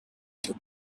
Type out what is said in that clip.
took